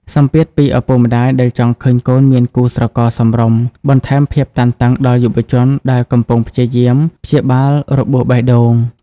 សម្ពាធពីឪពុកម្តាយដែលចង់ឃើញកូនមានគូស្រករសមរម្យ បន្ថែមភាពតានតឹងដល់យុវជនដែលកំពុងព្យាយាមព្យាបាលរបួសបេះដូង។